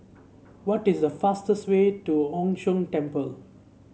what is the fastest way to Chu Sheng Temple